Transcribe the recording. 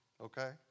okay